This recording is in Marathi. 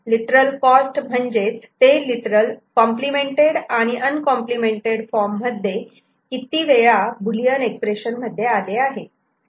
लिटरल कॉस्ट म्हणजेच ते लिटरल कॉम्प्लिमेंटेड आणि अनकॉम्प्लिमेंटेड फॉर्ममध्ये किती वेळा बुलियन एक्सप्रेशन मध्ये आले आहे